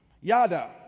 Yada